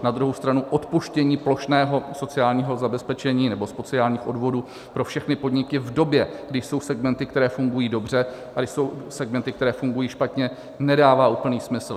Na druhou stranu odpuštění plošného sociálního zabezpečení nebo sociálních odvodů pro všechny podniky v době, kdy jsou segmenty, které fungují dobře, a kdy jsou segmenty, které fungují špatně, nedává úplný smysl.